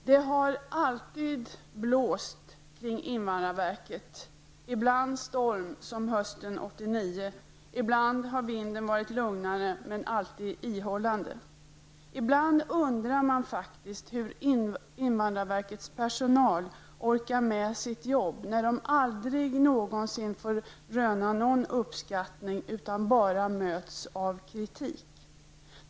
Det har alltid blåst kring invandrarverket, ibland storm som hösten 1989. Ibland har vinden varit lugnare men alltid ihållande. Ibland undrar man faktiskt hur invandrarverkets personal kan orka med sitt arbete när den aldrig någonsin röner uppskattning utan bara möts av kritik.